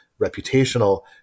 reputational